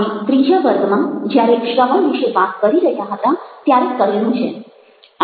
આપણે ત્રીજા વર્ગમાં જ્યારે શ્રવણ વિશે વાત કરી રહ્યા હતા ત્યારે કરેલું છે